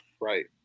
Right